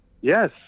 Yes